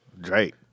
Drake